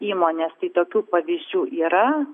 įmonės tai tokių pavyzdžių yra